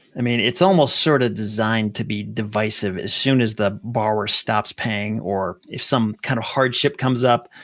i mean it's almost sort of designed to be divisive. as soon as the borrower stops paying or if some kind of hardship comes up,